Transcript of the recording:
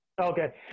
Okay